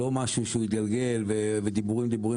לא משהו שהוא יתגלגל ודיבורים דיבורים,